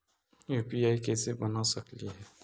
UPI कैसे बना सकली हे?